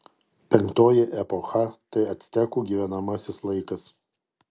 penktoji epocha tai actekų gyvenamasis laikas